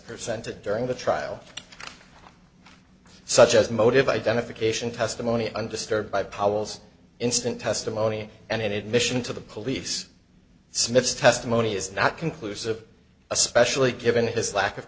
presented during the trial such as motive identification testimony undisturbed by powells instant testimony and an admission to the police smith's testimony is not conclusive especially given his lack of